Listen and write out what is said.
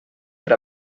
per